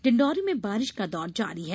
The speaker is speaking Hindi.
डिण्डौरी में बारिश का दौर जारी है